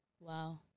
Wow